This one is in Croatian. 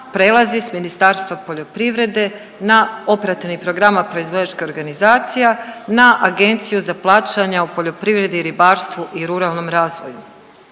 prelazi s Ministarstva poljoprivredne na operativnih programa proizvođačkih organizacija na Agenciju za plaćanja u poljoprivredi, ribarstvu i ruralnom razvoju.